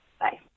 Bye